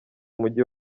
umujyi